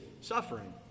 suffering